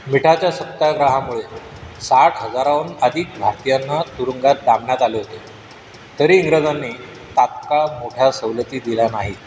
मीठाच्या सत्याग्रहामुळे साठ हजाराहून अधिक भारतीयांना तुरुंगात डांबण्यात आले होते तरी इंग्रजांनी तात्काळ मोठ्या सवलती दिल्या नाहीत